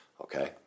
okay